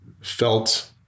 felt